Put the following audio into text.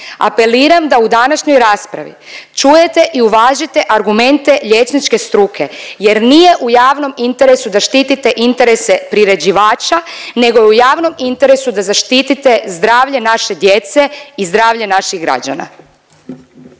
Apeliram da u današnjoj raspravi čujete i uvažite argumente liječničke struke jer nije u javnom interesu da štitite interese priređivača, nego je u javnom interesu da zaštitite zdravlje naše djece i zdravlje naših građana.